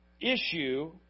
issue